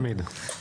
תמיד.